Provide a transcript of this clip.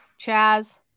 Chaz